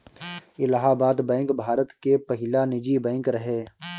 Allahabad bank Bharat के पहिला निजी बैंक रहे